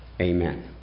Amen